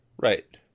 Right